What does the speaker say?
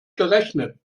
gerechnet